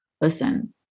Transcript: Listen